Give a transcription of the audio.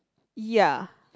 ya